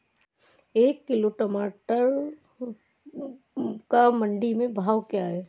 एक किलोग्राम टमाटर का मंडी में भाव क्या है?